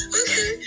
okay